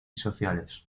sociales